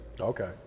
Okay